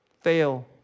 fail